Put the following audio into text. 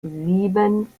sieben